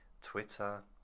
Twitter